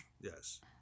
yes